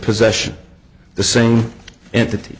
possession the same entity